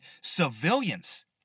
civilians